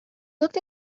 looked